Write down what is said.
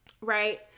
right